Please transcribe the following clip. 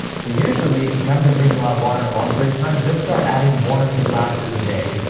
so usually if you haven't been drinking a lot of water in a long period of time, just start adding one or two glasses a day,